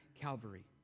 Calvary